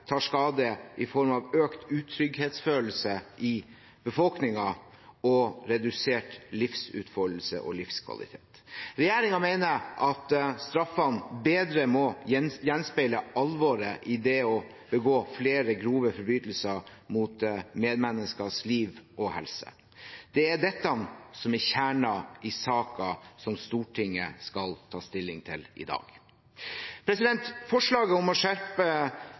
tar skade i form av økt utrygghetsfølelse i befolkningen og redusert livsutfoldelse og livskvalitet. Regjeringen mener at straffene bedre må gjenspeile alvoret i det å begå flere grove forbrytelser mot medmenneskers liv og helse. Det er dette som er kjernen i den saken som Stortinget skal ta stilling til i dag. Forslaget om